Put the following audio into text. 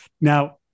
Now